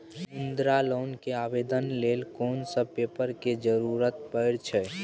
मुद्रा लोन के आवेदन लेल कोन सब पेपर के जरूरत परै छै?